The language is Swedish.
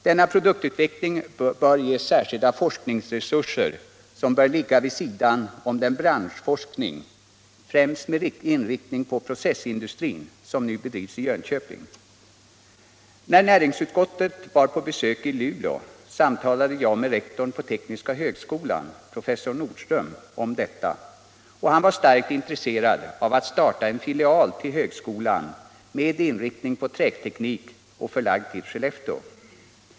Denna produktutveckling bör ges särskilda forskningsresurser som bör ligga vid sidan om den branschforskning, främst med inriktning på processindustrin, som nu bedrivs i Jönköping. När näringsutskottet var på besök i Luleå samtalade jag med rektorn på högskolan i Luleå, professor Nordström, om detta, och han var starkt intresserad av att starta en filial till högskolan med inriktning på träteknik och förlagd till Skellefteå.